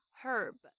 herb 。